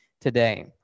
today